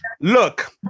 look